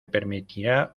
permitirá